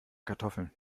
kartoffeln